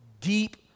deep